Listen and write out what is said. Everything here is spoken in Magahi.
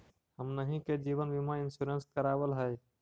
हमनहि के जिवन बिमा इंश्योरेंस करावल है?